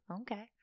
Okay